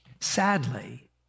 Sadly